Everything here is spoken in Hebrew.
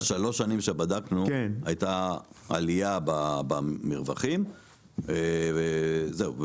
בשלוש השנים שבדקנו הייתה עלייה במרווחים וזהו.